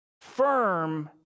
Firm